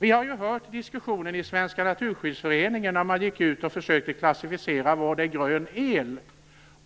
Vi har hört diskussionen i svenska Naturskyddsföreningen. Man försökte klassificera el och bestämma vad grön el